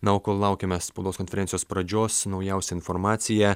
na o kol laukiame spaudos konferencijos pradžios naujausia informacija